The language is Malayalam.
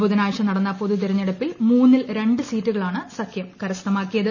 ബുധനുഴ്ച ീനടന്ന പൊതുതെരഞ്ഞെടുപ്പിൽ മൂന്നിൽ രണ്ട് സീറ്റുകളാണ് സ്ത്രഖ്യം കരസ്ഥമാക്കിയത്